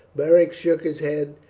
beric shook his head,